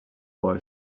boy